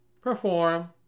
perform